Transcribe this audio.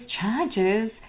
charges